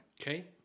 Okay